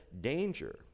danger